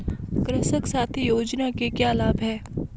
कृषक साथी योजना के क्या लाभ हैं?